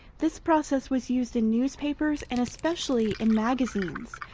this process was used in newspapers and especially in magazines,